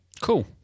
cool